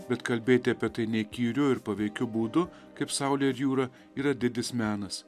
bet kalbėti apie tai neįkyriu ir paveikiu būdu kaip saulė ir jūra yra didis menas